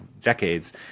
decades